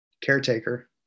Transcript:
caretaker